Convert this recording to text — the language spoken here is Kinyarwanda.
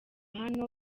hano